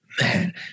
Man